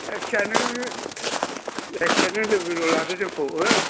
जायखिजाया नों जायखिजाया नों लोगोल' लादो जोंखौ हो